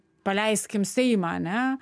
paleiskim seimą ane